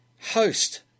host